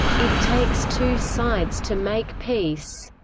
it takes two sides to make peace,